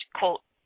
quote